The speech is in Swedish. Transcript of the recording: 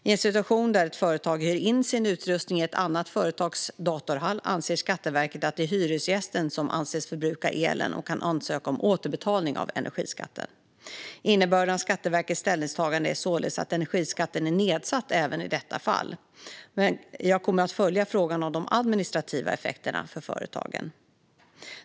I en situation där ett företag hyr in sin utrustning i ett annat företags datorhall anser Skatteverket att det är hyresgästen som anses förbruka elen och kan ansöka om återbetalning av energiskatten. Innebörden av Skatteverkets ställningstagande är således att energiskatten är nedsatt även i detta fall. Jag kommer att följa frågan om de administrativa effekterna för företagen.